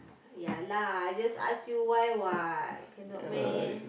ya lah I just ask you why what cannot meh